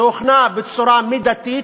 שהוכנה בצורה מידתית,